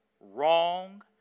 wrong